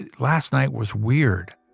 ah last night was weird.